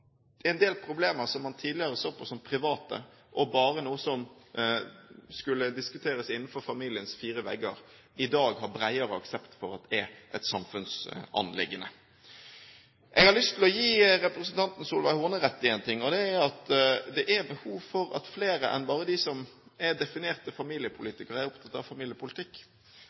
en del problemer som man tidligere så på som private, og bare som noe som skulle diskuteres innenfor familiens fire vegger, i dag har bredere aksept for at er et samfunnsanliggende. Jeg har lyst til å gi representanten Solveig Horne rett i én ting, og det er at det er behov for at flere enn bare de som er definerte familiepolitikere, er opptatt av familiepolitikk.